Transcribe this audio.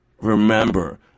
Remember